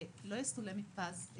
שלא יסולא מפז.